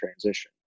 transition